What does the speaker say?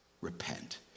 Repent